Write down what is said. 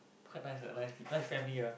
quite nice ah nice family ah